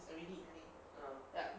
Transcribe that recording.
is already in lane